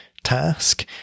task